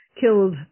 killed